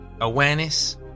awareness